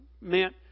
meant